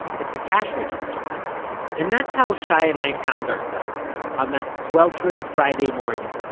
at the cash register and that's how shai and i found ourselves, on that sweltering friday morning,